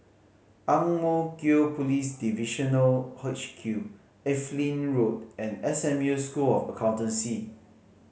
Ang Mo Kio Police Divisional H Q Evelyn Road and S M U School of Accountancy